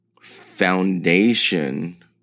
foundation